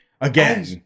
again